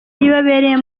ibabereye